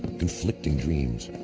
conflicting dreams,